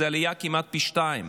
זו עלייה כמעט פי שניים.